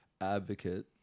advocate